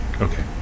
Okay